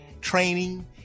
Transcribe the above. training